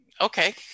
Okay